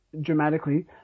dramatically